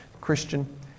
Christian